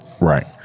Right